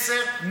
עשר,